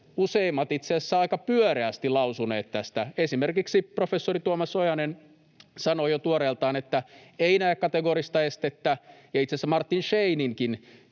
ovat itse asiassa lausuneet tästä aika pyöreästi. Esimerkiksi professori Tuomas Ojanen sanoi jo tuoreeltaan, että ei näe kategorista estettä, ja itse asiassa Martin Scheininkin